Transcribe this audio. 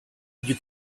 you